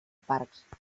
parcs